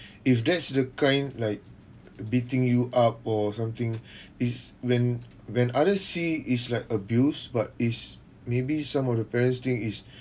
if that's the kind like beating you up or something is when when other see is like abuse but is maybe some of the parents think is